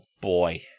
boy